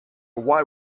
why